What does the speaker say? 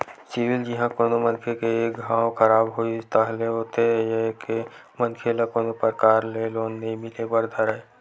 CIBIL जिहाँ कोनो मनखे के एक घांव खराब होइस ताहले होथे ये के मनखे ल कोनो परकार ले लोन नइ मिले बर धरय